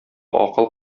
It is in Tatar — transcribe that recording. акыл